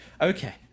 Okay